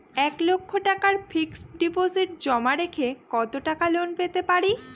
এক লক্ষ টাকার ফিক্সড ডিপোজিট জমা রেখে কত টাকা লোন পেতে পারি?